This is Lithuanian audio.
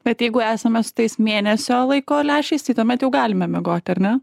bet jeigu esame su tais mėnesio laiko lęšiais tai tuomet jau galime miegoti ar ne